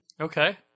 Okay